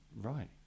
Right